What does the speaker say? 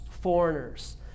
foreigners